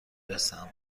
رسم